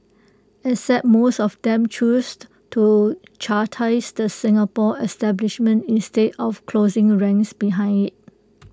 except most of them chose to chastise the Singapore establishment instead of 'closing ranks' behind IT